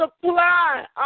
supply